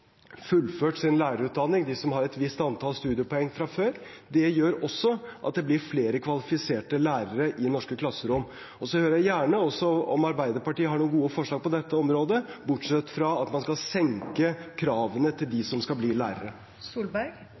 fullført sin lærerutdanning. Det gjør også at det blir flere kvalifiserte lærere i norske klasserom. Jeg hører gjerne om Arbeiderpartiet har noen gode forslag på dette området – bortsett fra at man skal senke kravene til dem som skal bli lærere. Det åpnes for oppfølgingsspørsmål – først Torstein Tvedt Solberg.